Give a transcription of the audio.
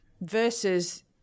versus